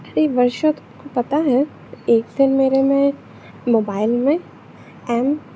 अरे वर्षा तुमको पता है एक दिन मेरे में मोबाइल में एम